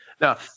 Now